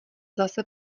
zase